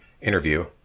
interview